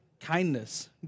kindness